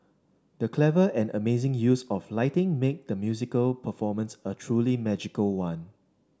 the clever and amazing use of lighting made the musical performance a truly magical one